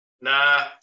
Nah